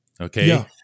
Okay